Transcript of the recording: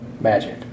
Magic